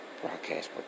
broadcast